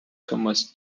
thomas